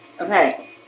Okay